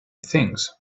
things